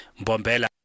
Bombela